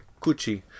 Cucci